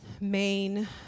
main